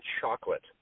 chocolate